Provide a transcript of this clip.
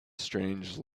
strange